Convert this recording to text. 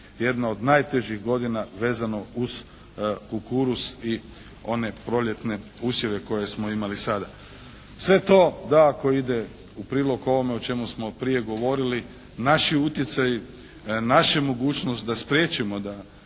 jedna od najtežih godina vezano uz kukuruz i one proljetne usjeve koje smo imali sada. Sve to dakako ide u prilog ovome o čemu smo prije govorili. Naši utjecaji, naša mogućnost da spriječimo da